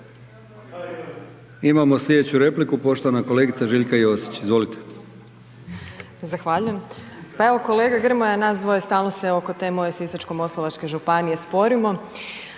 Imamo slijedeću repliku, poštovana kolegica Željka Josić. Izvolite. **Josić, Željka (HDZ)** Zahvaljujem. Pa evo kolega Grmoja nas dvoje stalno se oko te moje Sisačko-moslavačke županije sporimo.